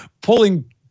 pulling